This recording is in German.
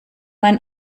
mein